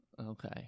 Okay